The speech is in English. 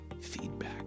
feedback